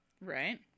Right